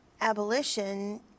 abolition